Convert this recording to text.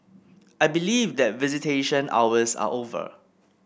I believe that visitation hours are over